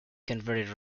converted